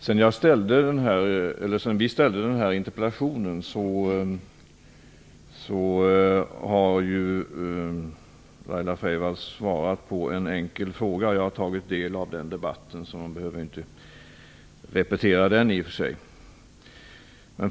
Sedan vi ställde den här interpellationen har Laila Freivalds svarat på en enkel fråga. Jag har tagit del av den debatten, så hon behöver inte repetera det hon sade då.